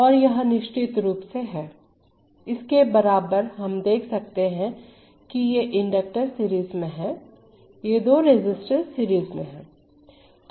और यह निश्चित रूप से है इसके बराबर हम देख सकते हैं कि ये इंडक्टर्स सीरीज में हैं ये दो रेसिस्टर्स सीरीज में हैं